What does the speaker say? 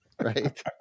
Right